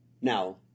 Now